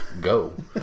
go